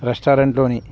రెస్టారెంట్లో